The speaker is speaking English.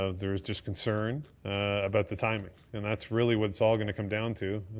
ah there is just concern about the timing and that's really what it's all going to come down to,